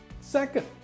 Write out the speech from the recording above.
Second